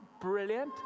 Brilliant